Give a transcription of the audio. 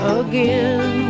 again